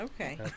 Okay